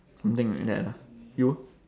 something like that lah you